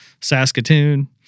saskatoon